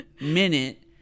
minute